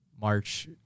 March